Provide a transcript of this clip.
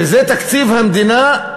שזה תקציב המדינה,